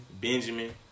Benjamin